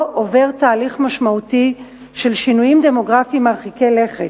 עובר תהליך משמעותי של שינויים דמוגרפיים מרחיקי לכת.